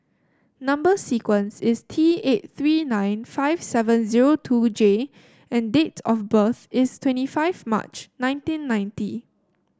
number sequence is T eight three nine five seven zero two J and date of birth is twenty five March nineteen ninety